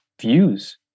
views